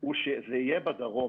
הוא שזה יהיה בדרום.